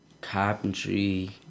carpentry